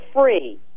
Free